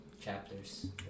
chapters